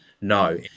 no